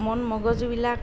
মন মগজুবিলাক